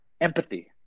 Empathy